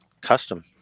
custom